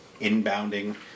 inbounding